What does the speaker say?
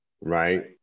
right